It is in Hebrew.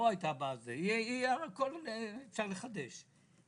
הכול אפשר לחדש.